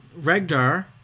Regdar